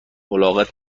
الاغت